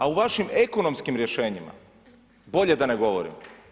A u vašim ekonomskim rješenjima, bolje da ne govorim.